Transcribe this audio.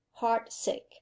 heart-sick